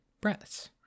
breaths